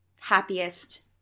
happiest